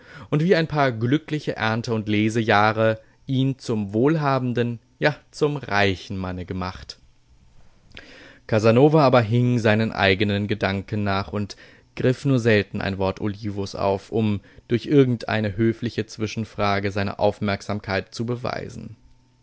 und wie ein paar glückliche ernte und lesejahre ihn zum wohlhabenden ja zum reichen manne gemacht casanova aber hing seinen eigenen gedanken nach und griff nur selten ein wort olivos auf um durch irgendeine höfliche zwischenfrage seine aufmerksamkeit zu beweisen